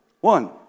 one